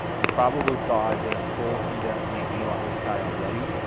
you probably saw did a full in depth review on this guy already.